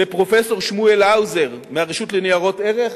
לפרופסור שמואל האוזר מהרשות לניירות ערך,